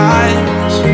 eyes